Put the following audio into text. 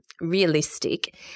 realistic